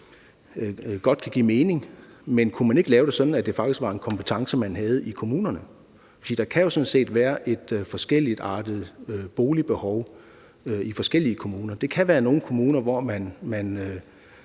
godt kan give mening, men kunne man ikke lave det sådan, at det faktisk var en kompetence, de havde i kommunerne? For der kan jo sådan set være et forskelligartet boligbehov i forskellige kommuner. Der kan være nogle kommuner, hvor man